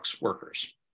workers